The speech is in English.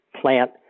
plant